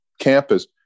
campus